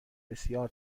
بسیار